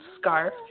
Scarf